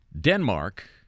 Denmark